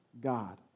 God